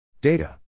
Data